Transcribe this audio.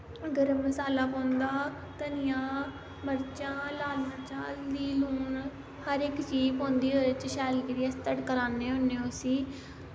गर्म मसाला पौंदा धनियां मर्चां लाल मर्चां हल्दी लून हर इक चीज़ पौंदी ओह्दे च शैल करियै अस तड़का लान्ने होने उस्सी